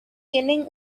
tienen